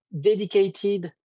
Dedicated